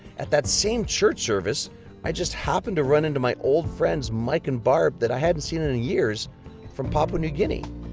at that same church service i just happened to run into my old friends mike and barb that i hadn't seen in years from papua new guinea.